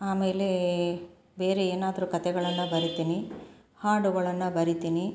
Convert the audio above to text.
ಆಮೇಲೆ ಬೇರೆ ಏನಾದರೂ ಕತೆಗಳನ್ನು ಬರೀತೀನಿ ಹಾಡುಗಳನ್ನು ಬರೀತೀನಿ